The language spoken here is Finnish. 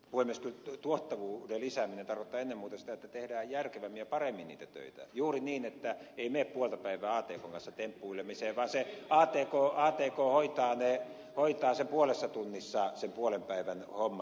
kyllä tuottavuuden lisääminen tarkoittaa ennen muuta sitä että tehdään järkevämmin ja paremmin niitä töitä juuri niin että ei mene puolta päivää atkn kanssa temppuilemiseen vaan atk hoitaa puolessa tunnissa sen puolen päivän homman